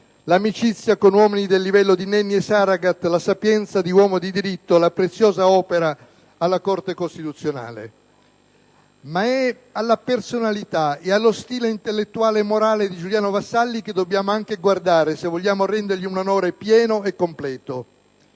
l'amicizia con uomini del livello di Nenni e Saragat, la sapienza di uomo di diritto, la preziosa opera alla Corte costituzionale. Ma è alla personalità e allo stile intellettuale e morale di Giuliano Vassalli che dobbiamo anche guardare se vogliamo rendergli un onore pieno e completo.